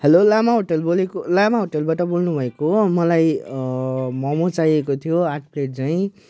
hello Lama hotel बोलेको लामा होटलबाट बोल्नुभएको हो मलाई मोमो चाहिएको थियो आठ प्लेट झैँ